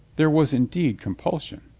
there was indeed compulsion.